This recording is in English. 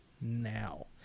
now